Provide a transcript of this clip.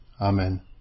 Amen